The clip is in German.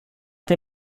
der